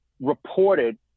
reported